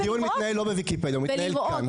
הדיון לא מתנהל בוויקיפדיה, הוא מתנהל כאן.